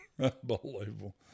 unbelievable